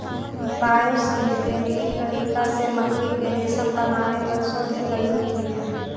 biosynthetic तरीका से मकड़ी के रेशम बनावे पर शोध चलित हई